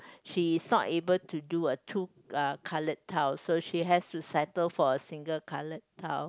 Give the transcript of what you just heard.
she's not able to do a two uh coloured tile so she has to settle for a single coloured tile